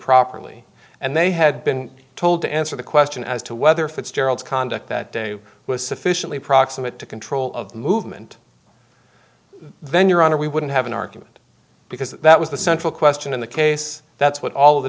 properly and they had been told to answer the question as to whether fitzgerald's conduct that day was sufficiently proximate to control of the movement then your honor we wouldn't have an argument because that was the central question in the case that's what all of the